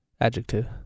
Adjective